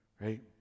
Right